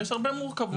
ויש הרבה מורכבות.